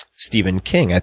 stephen king,